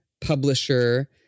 publisher